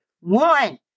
One